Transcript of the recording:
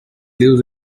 lives